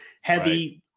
heavy